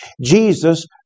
Jesus